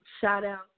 shout-out